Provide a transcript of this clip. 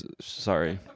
Sorry